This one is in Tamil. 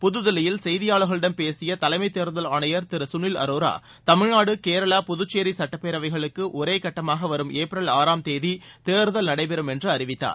புதுதில்லியில் செய்தியாளர்களிடம் பேசியதலைமைத்தேர்தல் ஆணையர் திருகளில் அரோரா தமிழ்நாடு கேரளா புதுச்சேரிசுட்டப்பேரவைகளுக்குஒரேகட்டமாகவரும் ஏப்ரல் ஆறாம் தேதிதேர்தல் நடபெறும் என்றுஅறிவித்தார்